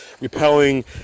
repelling